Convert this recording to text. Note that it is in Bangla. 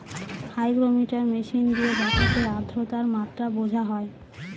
হাইগ্রোমিটার মেশিন দিয়ে বাতাসের আদ্রতার মাত্রা বোঝা হয়